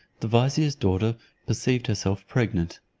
the vizier's daughter perceived herself pregnant,